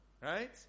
Right